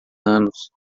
anos